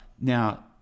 Now